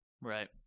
Right